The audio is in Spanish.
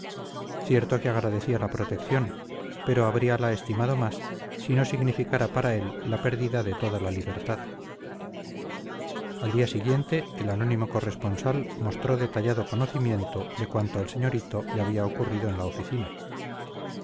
cierto que agradecía la protección pero habríala estimado más si no significara para él la pérdida de toda la libertad al día siguiente el anónimo corresponsal mostró detallado conocimiento de cuanto al señorito le había ocurrido en la oficina